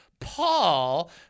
Paul